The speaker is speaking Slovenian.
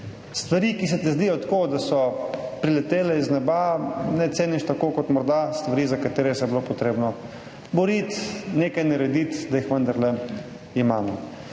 Stvari, ki se ti zdijo, da so priletele z neba, ne ceniš tako kot morda stvari, za katere se je bilo potrebno boriti, nekaj narediti, da jih vendarle imamo.